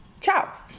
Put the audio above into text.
Ciao